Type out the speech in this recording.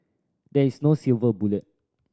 there is no silver bullet